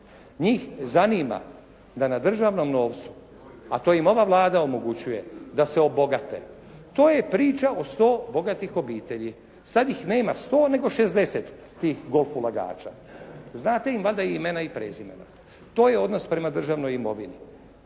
Njih zanima da na državnom novcu, a to im ova Vlada omogućuje, da se obogate. To je priča o 100 bogatih obitelji, sada ih nema 100 nego 60 tih golf ulagača. Znate im valjda imena i prezimena. To je odnos prema državnoj imovini,